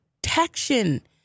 protection